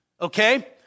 Okay